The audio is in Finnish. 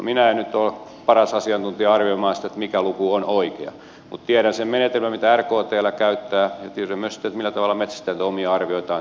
minä en nyt ole paras asiantuntija arvioimaan sitä mikä luku on oikea mutta tiedän sen menetelmän mitä rktl käyttää ja tiedän myös millä tavalla metsästäjät omia arvioitaan tekevät